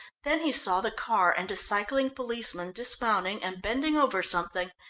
then he saw the car, and a cycling policeman dismounting and bending over something.